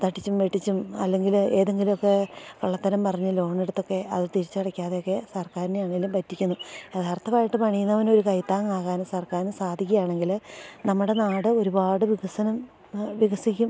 തട്ടിച്ചും വെട്ടിച്ചും അല്ലെങ്കിൽ ഏതെങ്കിലൊക്കെ കള്ളത്തരം പറഞ്ഞ് ലോണെടുത്തൊക്കെ അത് തിരിച്ചടക്കാതെയൊക്കെ സർക്കാരിനെയാണെങ്കിലും പറ്റിക്കുന്നു യഥാർത്ഥമായിട്ട് പണിയുന്നവനൊരു കൈത്താങ്ങാകാൻ സർക്കാരിന് സാധിക്കുകയാണെങ്കിൽ നമ്മുടെ നാട് ഒരുപാട് വികസനം വികസിക്കും